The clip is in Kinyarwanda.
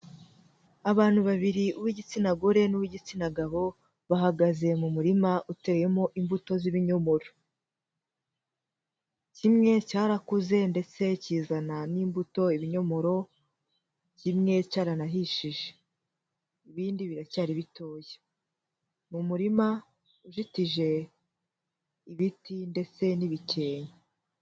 Abantu babiri uw'igitsina gore n'uw'igitsina gabo bahagaze mu murima uteyemo imbuto z'ibinyomoro. Kimwe cyarakuze ndetse kizana n'imbuto ibinyomoro, kimwe cyaranahishije ibindi biracyari bitoya. Ni umurima ujitije ibiti ndetse n'ibikenke.